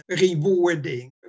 rewarding